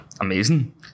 amazing